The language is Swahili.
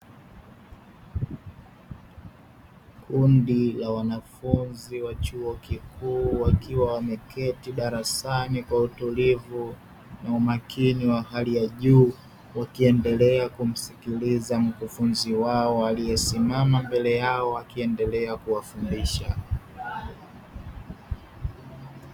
Kundi la wanafunzi wa chuo kikuu wakiwa wameketi darasani kwa utulivu na umakini wa hali ya juu, wakiendelea kumsikiliza mkufunzi wao aliyesimama mbele yao akiendelea kuwafundisha.